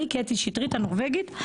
אני קטי שטרית הנורווגית.